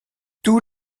tous